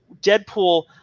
Deadpool